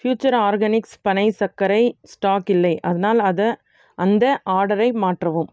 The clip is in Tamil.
ஃப்யூச்சர் ஆர்கானிக்ஸ் பனைச் சர்க்கரை ஸ்டாக் இல்லை அதனால் அதை அந்த ஆர்டரை மாற்றவும்